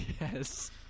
Yes